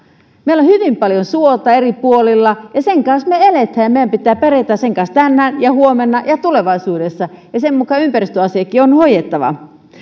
meillä on hyvin paljon suota eri puolilla ja sen kanssa me elämme ja meidän pitää pärjätä sen kanssa tänään ja huomenna ja ja tulevaisuudessa ja sen mukaan ympäristöasiatkin on hoidettava